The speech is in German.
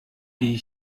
die